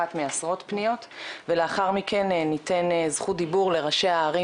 אחת מעשרות פניות ולאחר מכן ניתן זכות דיבור לראשי הערים